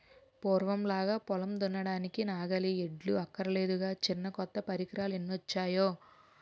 పూర్వంలాగా పొలం దున్నడానికి నాగలి, ఎడ్లు అక్కర్లేదురా చిన్నా కొత్త పరికరాలెన్నొచ్చేయో